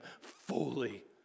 fully